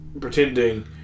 pretending